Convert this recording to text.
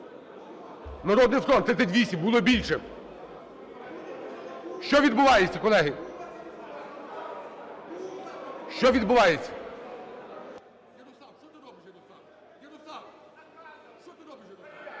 "Народний фронт" – 38. Було більше. Що відбувається, колеги? Що відбувається?